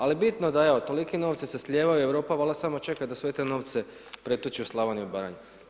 Ali je bitno da evo toliki novci se slijevaju, Europa valjda samo čeka da sve te novce pretoči u Slavoniju i Baranju.